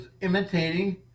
imitating